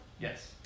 Yes